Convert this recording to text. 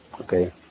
Okay